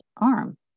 arm